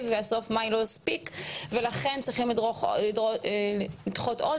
ואז סוף מאי לא הספיק ולכן צריכים לדחות עוד.